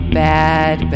bad